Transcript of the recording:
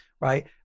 right